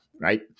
right